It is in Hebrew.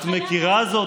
את מכירה זאת,